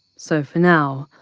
so for now,